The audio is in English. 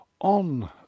on